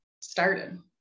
started